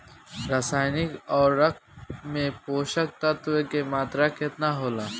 रसायनिक उर्वरक मे पोषक तत्व के मात्रा केतना होला?